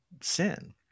sin